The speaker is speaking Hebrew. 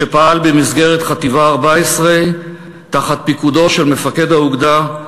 שפעל במסגרת חטיבה 14 תחת פיקודו של מפקד האוגדה,